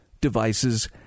devices